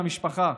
למשפחה: